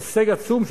הישג עצום.